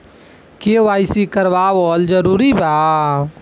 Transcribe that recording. KYC करवावल जरूरी बा?